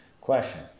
Question